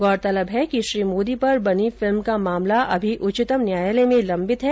गौरतलब है कि श्री मोदी पर बनी फिल्म का मामला अभी उच्चतम न्यायालय में लम्बित है